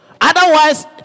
Otherwise